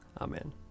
Amen